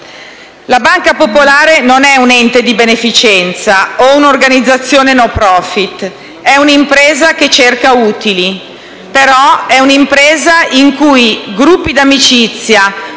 La banca popolare non è un ente di beneficenza o un'organizzazione *no profit*: è un'impresa che cerca utili. È un'impresa, però, in cui gruppi d'amicizia,